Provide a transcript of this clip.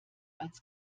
als